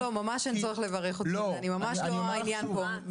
ממש אין צורך לברך אותי, אני ממש לא העניין פה.